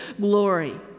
glory